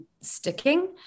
sticking